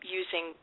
using